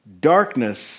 Darkness